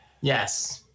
Yes